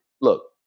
Look